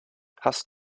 hast